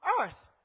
earth